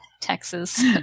Texas